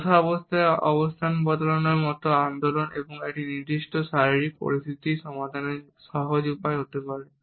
বসা অবস্থায় অবস্থান বদলানোর মতো আন্দোলন একটি নির্দিষ্ট শারীরিক পরিস্থিতি সমাধানের সহজ উপায় হতে পারে